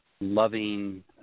loving